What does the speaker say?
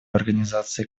активизации